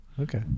Okay